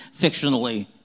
fictionally